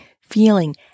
feeling